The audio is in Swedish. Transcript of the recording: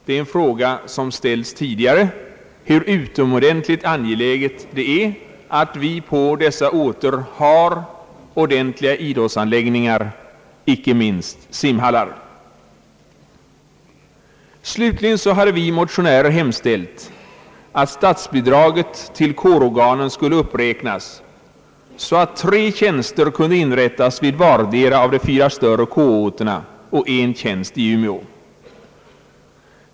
Det är en fråga som har ställts tidigare och det har då klargjorts hur utomordentligt angeläget det är, att vi på universitetsorterna har ordentliga idrottsanläggningar, inte minst simhallar. Slutligen hade vi motionärer hemställt att statsbidraget till kårorganen skulle uppräknas, så att tre tjänster skulle finnas vid vardera av de fyra större kårorterna och en tjänst i Umeå.